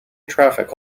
traffic